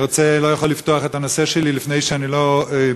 אני לא יכול לפתוח את הנושא שלי לפני שאני מגנה,